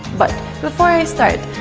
but before i start,